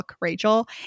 Rachel